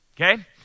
Okay